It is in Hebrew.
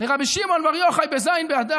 לרבי שמעון בר יוחאי בז' באדר.